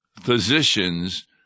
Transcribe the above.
physicians